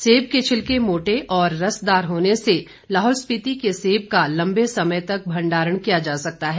सेब के छिलके मोटे और रसदार होने से लाहौल स्पीति के सेब का लंबे समय तक भंडारण किया जा सकता है